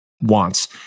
wants